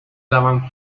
daban